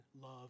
love